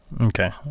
Okay